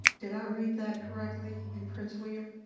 did i read that correctly in prince william?